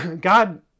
God